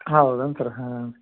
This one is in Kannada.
ಹೌದೇನು ಸರ್ ಹಾಂ